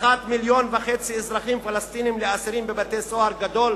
הפיכת מיליון וחצי אזרחים פלסטינים לאסירים בבית-סוהר גדול,